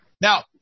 Now